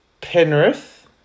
Penrith